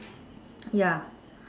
ya